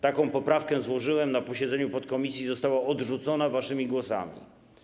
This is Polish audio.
Taką poprawkę złożyłem na posiedzeniu podkomisji i została odrzucona waszymi głosami.